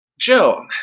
joe